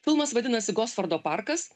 filmas vadinasi gosfordo parkas